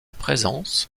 présence